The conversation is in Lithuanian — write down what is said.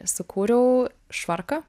sukūriau švarką